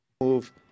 Move